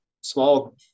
small